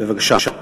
בבקשה.